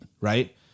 Right